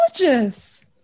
gorgeous